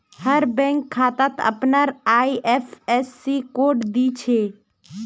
हर bank खातात अपनार IFSC code दि छे